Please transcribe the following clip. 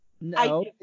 No